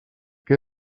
que